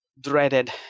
dreaded